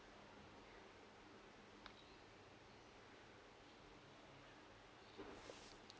so